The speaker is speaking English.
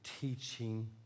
teaching